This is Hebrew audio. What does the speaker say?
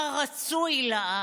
מה רצוי לעם,